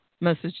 message